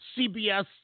CBS